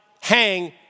hang